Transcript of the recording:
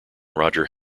roger